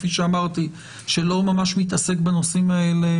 כפי שאמרתי - שלא ממש מתעסק בנושאים האלה.